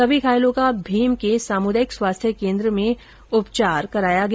सभी घायलों का भीम के सामुदायिक स्वास्थ्य कोन्द्र में उपचार के लिए ले जाया गया